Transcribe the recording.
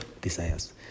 desires